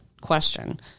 question